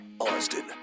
Austin